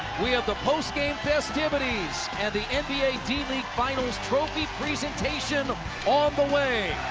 we have the post-game festivities and the nba d-league finals trophy presentation on the way.